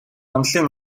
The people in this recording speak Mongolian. онолын